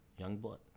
Youngblood